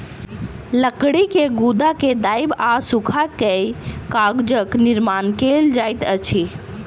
लकड़ी के गुदा के दाइब आ सूखा कअ कागजक निर्माण कएल जाइत अछि